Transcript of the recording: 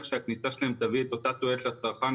שהכניסה שלהם תביא את אותה תועלת לצרכן,